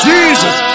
Jesus